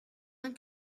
uns